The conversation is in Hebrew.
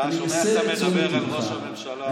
אתה שומע איך אתה מדבר אל ראש הממשלה?